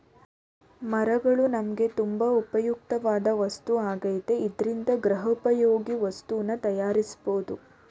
ಮರಗಳು ನಮ್ಗೆ ತುಂಬಾ ಉಪ್ಯೋಗವಾಧ್ ವಸ್ತು ಆಗೈತೆ ಇದ್ರಿಂದ ಗೃಹೋಪಯೋಗಿ ವಸ್ತುನ ತಯಾರ್ಸ್ಬೋದು